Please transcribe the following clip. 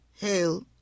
Hail